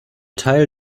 teil